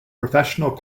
professional